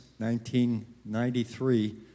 1993